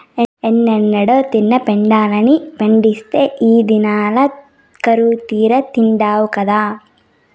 ఏనాడో తిన్న పెండలాన్ని పండిత్తే ఈ దినంల కరువుతీరా తిండావు గదా